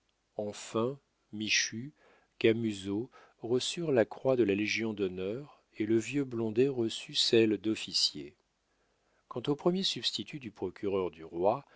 enfin michu camusot reçurent la croix de la légion-d'honneur et le vieux blondet reçut celle d'officier quant au premier substitut du procureur du roi